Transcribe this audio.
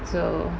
so